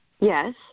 Yes